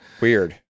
weird